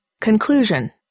Conclusion